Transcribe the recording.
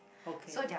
okay